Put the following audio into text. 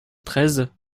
treize